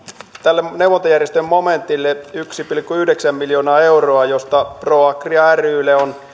tälle neuvontajärjestöjen momentille yksi pilkku yhdeksän miljoonaa euroa josta proagria rylle on